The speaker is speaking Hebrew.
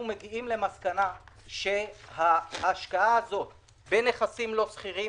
אנחנו מגיעים למסקנה שההשקעה הזאת בנכסים לא סחירים